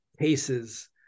cases